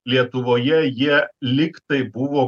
lietuvoje jie lyg tai buvo